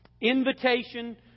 invitation